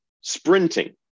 sprinting